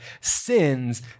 sins